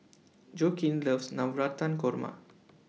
Joaquin loves Navratan Korma